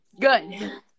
good